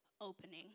opening